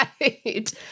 Right